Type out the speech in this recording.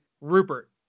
Rupert